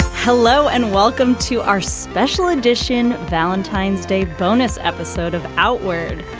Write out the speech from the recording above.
hello and welcome to our special edition, valentine's day bonus episode of outward.